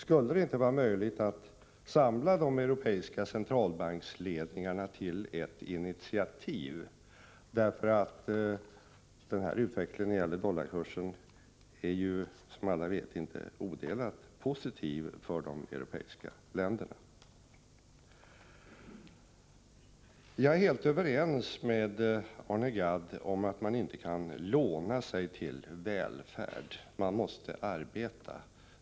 Skulle det inte vara möjligt att samla de europeiska centralbanksledningarna till ett initiativ, för den här utvecklingen när det gäller dollarkursen är ju, som alla vet, inte odelat positiv för de europeiska länderna. Jag är helt överens med Arne Gadd om att man inte kan låna sig till välfärd — man måste arbeta.